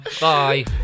Bye